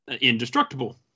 indestructible